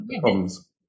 problems